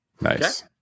nice